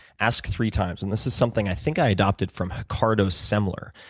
ask three times. and this is something, i think, i adopted from ricardo semler,